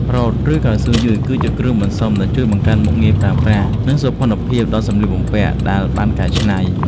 រ៉ូត និងកៅស៊ូយឺត គឺជាគ្រឿងបន្សំដែលជួយបង្កើនមុខងារប្រើប្រាស់ និងសោភ័ណភាពដល់សម្លៀកបំពាក់ដែលបានកែច្នៃ។